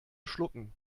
schlucken